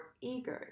ego